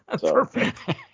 Perfect